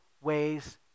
ways